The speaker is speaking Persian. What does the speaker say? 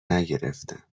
نگرفتم